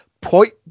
point